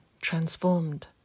transformed